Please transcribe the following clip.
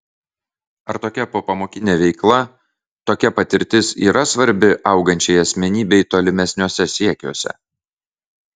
ar tokia popamokinė veikla tokia patirtis yra svarbi augančiai asmenybei tolimesniuose siekiuose